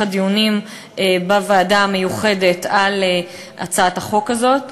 הדיונים בוועדה המיוחדת על הצעת החוק הזאת.